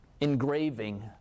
engraving